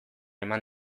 eman